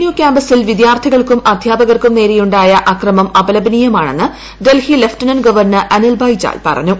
U ക്യാമ്പസ്സിൽ വിദ്യാർത്ഥികൾക്കും അദ്ധ്യാപകർക്കും നേരെയുണ്ടായ അക്രമം അപലപനീയമാണെന്ന് ഡൽഹി ലഫ്റ്റനന്റ് ഗവർണർ അനിൽ ബൈജാൽ പറഞ്ഞു